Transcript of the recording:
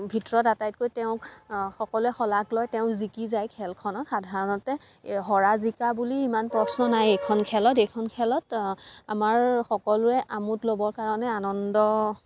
ভিতৰত আটাইতকৈ তেওঁক সকলোৱে শলাগ লয় তেওঁ জিকি যায় খেলখনত সাধাৰণতে হৰা জিকা বুলি ইমান প্ৰশ্ন নাই এইখন খেলত এইখন খেলত আমাৰ সকলোৰে আমোদ ল'বৰ কাৰণে আনন্দ